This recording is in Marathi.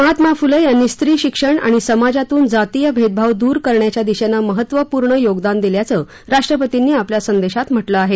महात्मा फुले यांनी स्त्री शिक्षण आणि समाजातून जातीय भेदभाव दूर करण्याच्या दिशेने महत्वपूर्ण योगदान दिल्याचं राष्ट्रपतींनी आपल्या संदेशात म्हटलं आहे